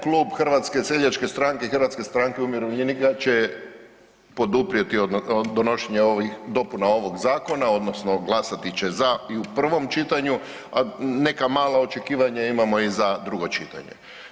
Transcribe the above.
Klub Hrvatske seljačke stranke i Hrvatske stranke umirovljenika će poduprijeti donošenje ovih dopuna ovog zakona, odnosno glasati će za i u prvom čitanju, a neka mala očekivanja imamo i za drugo čitanje.